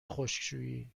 خشکشویی